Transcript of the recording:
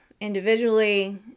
Individually